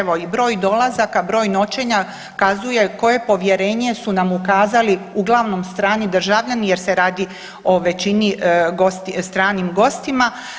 Evo i broj dolazaka, broj noćenja kazuje koje povjerenje su nam ukazali uglavnom strani državljani jer se radi o većini stranim gostima.